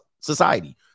society